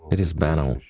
it is banal,